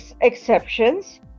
exceptions